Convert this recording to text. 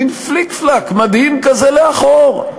מין פליק-פלאק מדהים כזה לאחור,